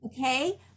Okay